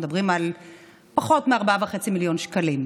אנחנו מדברים על פחות מ-4.5 מיליון שקלים.